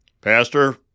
Pastor